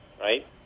right